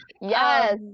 Yes